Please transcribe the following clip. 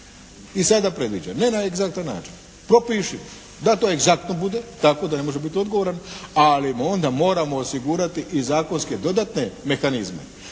i sada predviđa, ne na egzaktan način. Propiši da to egzaktno bude tako da ne može biti odgovoran, ali onda moramo osigurati i zakonske dodatne mehanizme